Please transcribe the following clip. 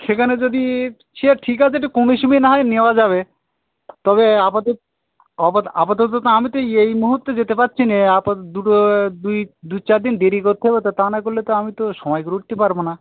সেখানে যদি সে ঠিক আছে একটু কমিয়ে সমিয়ে না হয় নেওয়া যাবে তবে আপাত অপত আপাতত তো আমি তো এই মুহূর্তে যেতে পারছি নে আপাত দুটো দুই দুই চার দিন দেরি করতে হবে তো তা না করলে আমি তো সময় করে উটতে পারবো না